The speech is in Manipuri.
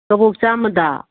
ꯀꯕꯣꯛ ꯆꯥꯝꯃꯗ